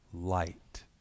light